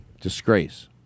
Disgrace